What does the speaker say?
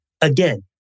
again